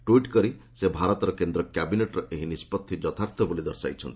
tweet କରି ସେ' ଭାରତର କେନ୍ଦ୍ର କ୍ୟାବିନେଟର ଏହି ନିଷ୍ପଭ ଯଥାର୍ଥ ବୋଲି ଦର୍ଶାଇଛନ୍ତି